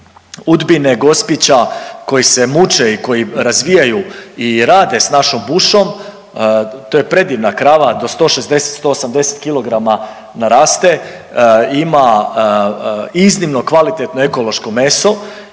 Udbine, Gospića koji se muče i koji razvijaju i rade s našom bušom to je predivna krava do 160, 180 kilograma naraste, ima iznimno kvalitetno ekološko meso